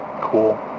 cool